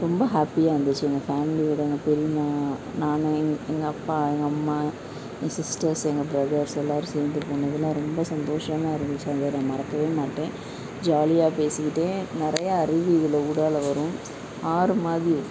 ரொம்ப ஹாப்பியாக இருந்துச்சு எங்கள் ஃபேமிலியோடு எங்கள் பெரியம்மா நான் எங்க எங்கள் அப்பா எங்கள் அம்மா என் சிஸ்டர்ஸ் எங்கள் ப்ரதர்ஸ் எல்லாரும் சேர்ந்து போனதில் ரொம்ப சந்தோஷமாக இருந்துச்சு அதை நான் மறக்கவே மாட்டேன் ஜாலியாக பேசிக்கிட்டே நிறையா அருவிகள் ஊடால வரும் ஆறு மாதிரி இருக்கும்